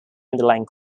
underlying